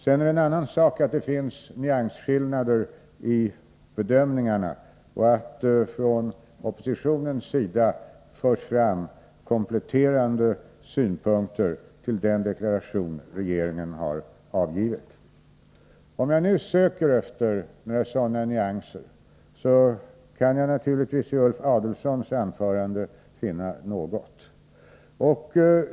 Sedan är det en annan sak att det finns nyansskillnader i bedömningarna och att det från oppositionens sida förs fram kompletterande synpunkter på den deklaration regeringen har avgivit. Om jag nu söker efter sådana nyanser, kan jag naturligtvis i Ulf Adelsohns anförande finna något.